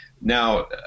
Now